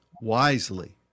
wisely